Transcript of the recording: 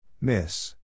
Miss